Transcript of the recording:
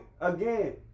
again